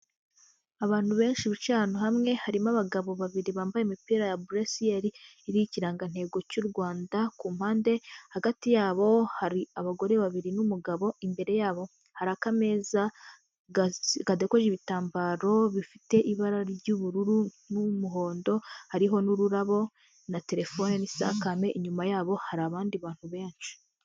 Abantu benshi bicaye ahantu hamwe harimo abagabo babiri bambaye imipira ya buresiyeri yari iri ikirangantego cy'u Rwanda ku mpande, hagati yabo hari abagore babiri n'umugabo imbere yabo hari akameza kadekoyeho ibitambaro bifite ibara ry'ubururu n'umuhondo, hariho n'ururabo na telefone, isakame inyuma yabo hari abandi bantu benshi.